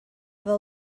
fel